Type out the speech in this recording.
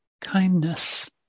kindness